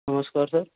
नमस्कार सर